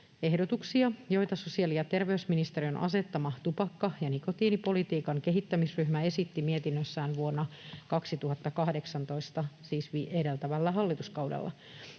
ehdotuksia, joita sosiaali‑ ja terveysministeriön asettama tupakka‑ ja nikotiinipolitiikan kehittämisryhmä esitti mietinnössään vuonna 2018, siis edeltävällä hallituskaudella.